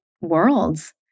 worlds